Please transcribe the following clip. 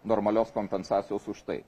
normalios kompensacijos už tai